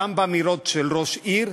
גם באמירות של ראש עיר,